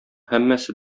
һәммәсе